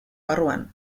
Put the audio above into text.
barruan